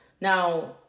Now